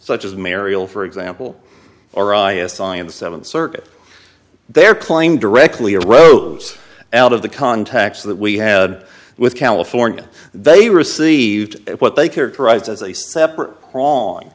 such as mariel for example or i assigned the seventh circuit their claim directly arose out of the contacts that we had with california they received what they characterized as a separate prong